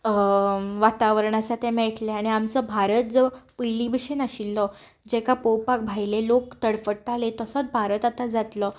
वातावरण आसा तें मेळटलें आनी आमचो भारत जो पयलीं भशीन आशिल्लो जेका पळोवपाक भायले लोक तडफडटाले तसोच भारत आतां जातलो